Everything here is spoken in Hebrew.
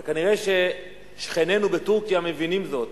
אבל כנראה שכנינו בטורקיה מבינים זאת,